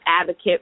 advocate